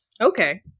Okay